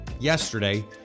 Yesterday